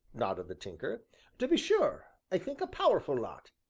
nodded the tinker to be sure, i think a powerful lot.